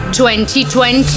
2020